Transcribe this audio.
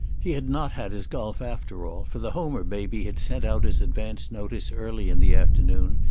he had not had his golf after all, for the homer baby had sent out his advance notice early in the afternoon,